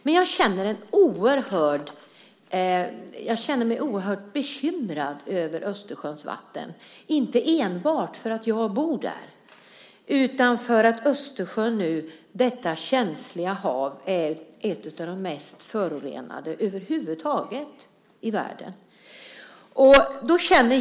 Men jag känner mig oerhört bekymrad över Östersjöns vatten, inte enbart eftersom jag bor där utan för att detta känsliga hav är ett av de mest förorenade haven i världen.